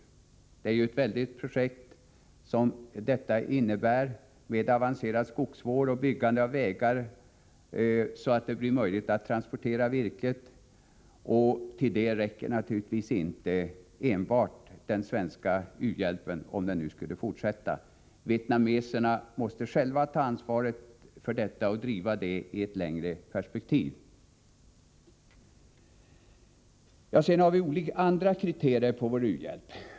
Bai Bang är ju ett väldigt projekt, med avancerad skogsvård och byggande av vägar så att det blir möjligt att transportera virket, och här räcker det naturligtvis inte enbart med den svenska u-hjälpen, om den nu skulle fortsätta. Vietnameserna måste själva ta ansvaret för projektet och driva det i ett längre perspektiv. Det finns också andra kriterier för vår u-hjälp.